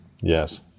Yes